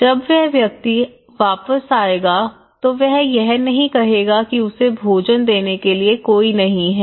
जब वह व्यक्ति वापस आएगा तो वह यह नहीं कहेगा कि उसे भोजन देने के लिए कोई नहीं है